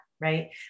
right